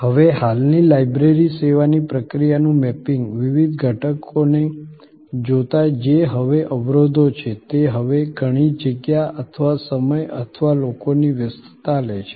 હવે હાલની લાઇબ્રેરી સેવાની પ્રક્રિયાનું મેપિંગ વિવિધ ઘટકોને જોતા જે હવે અવરોધો છે તે હવે ઘણી જગ્યા અથવા સમય અથવા લોકોની વ્યસ્તતા લે છે